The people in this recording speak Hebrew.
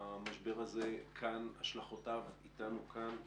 נמצא איתנו כאן,